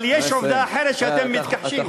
אבל יש עובדה אחרת שאתם מתכחשים,